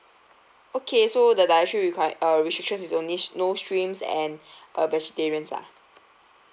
okay so the dietary require~ uh restrictions is only no shrimps and uh vegetarians lah